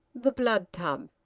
the blood tub,